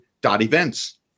dot-events